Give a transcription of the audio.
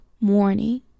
morning